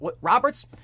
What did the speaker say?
Roberts